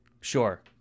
Sure